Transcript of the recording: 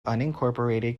unincorporated